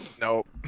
Nope